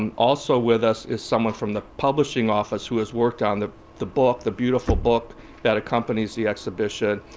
um also with us is someone from the publishing office who has worked on the the book, the beautiful book that accompanies the exhibition,